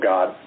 God